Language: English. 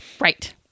Right